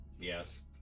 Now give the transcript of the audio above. yes